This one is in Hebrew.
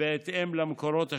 בהתאם למקורות השונים.